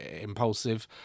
impulsive